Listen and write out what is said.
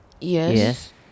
Yes